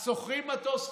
אז שוכרים מטוס חדש,